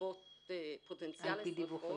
שריפות פוטנציאליות,